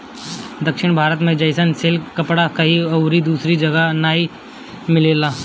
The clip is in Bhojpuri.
दक्षिण भारत जइसन सिल्क कपड़ा कहीं अउरी दूसरा जगही नाइ मिलेला